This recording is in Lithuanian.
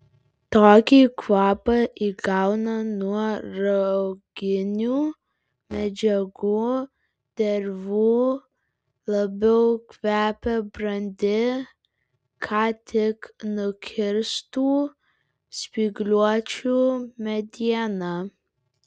tokį kvapą įgauna nuo rauginių medžiagų dervų labiau kvepia brandi ką tik nukirstų spygliuočių mediena